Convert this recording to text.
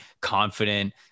confident